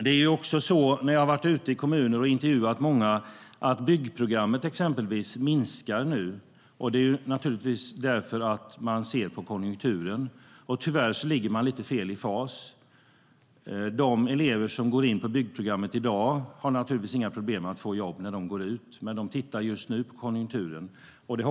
Jag har varit ute i kommuner och intervjuat många, och då har framkommit att antalet elever på byggprogrammet minskar. Det beror på att man ser på konjunkturen. Tyvärr ligger man fel i fas. De elever som går in på byggprogrammet i dag kommer naturligtvis inte att ha några problem att få jobb när de går ut, men de tittar på konjunkturen just nu.